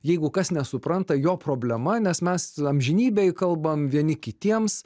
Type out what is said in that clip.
jeigu kas nesupranta jo problema nes mes amžinybėj kalbam vieni kitiems